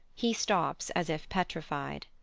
he stops as if petrified.